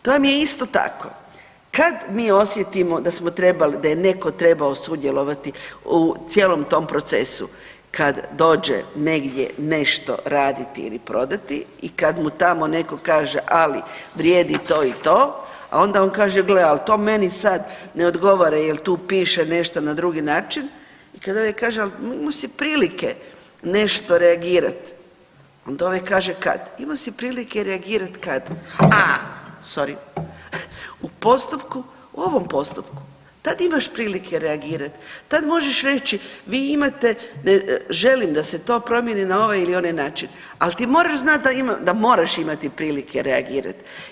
To vam je isto tako kad mi osjetimo da je neko trebao sudjelovati u cijelom tom procesu kad dođe negdje nešto raditi ili prodati i kad mu tamo neko kaže ali vrijedi to i to, a onda on kaže gle, al to meni sad ne odgovara jel tu piše nešto na drugi način i kad ovaj kaže al imao si prilike nešto reagirat, a onda ovaj kaže kad, imao si prilike reagirat kad, a sori, u postupku, u ovom postupku, tad imaš prilike reagirat, tad možeš reći vi imate, želim da se to promijeni na ovaj ili onaj način, al ti moraš znat da moraš imati prilike reagirat.